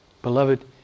Beloved